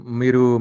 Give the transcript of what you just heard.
miru